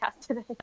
today